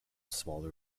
smaller